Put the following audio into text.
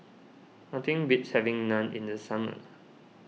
nothing beats having Naan in the summer